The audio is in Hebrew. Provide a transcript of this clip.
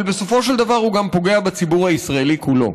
אבל בסופו של דבר הוא גם פוגע בציבור הישראלי כולו,